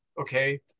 okay